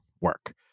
work